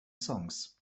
songs